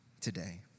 Today